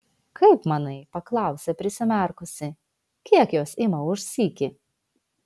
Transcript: kaip manai paklausė prisimerkusi kiek jos ima už sykį